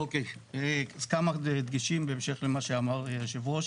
אוקי, כמה דגשים, בהמשך למה שאמר היו"ר,